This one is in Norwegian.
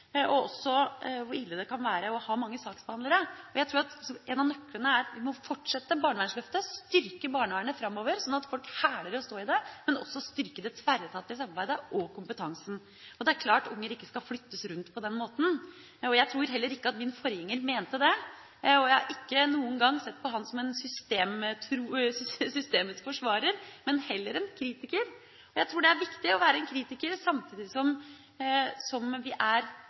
og hvor ille det kan være å ha mange saksbehandlere. Jeg tror at en av nøklene er at vi må fortsette barnevernsløftet, styrke barnevernet framover, sånn at folk hæler å stå i det, og også styrke det tverretatlige samarbeidet og kompetansen. Det er klart at unger ikke skal flyttes rundt på den måten. Jeg tror heller ikke at min forgjenger mente det. Jeg har aldri sett på ham som systemets forsvarer – heller som en kritiker. Jeg tror det er viktig å være en kritiker, samtidig som vi er